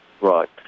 Right